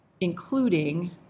including